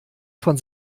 von